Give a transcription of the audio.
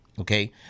Okay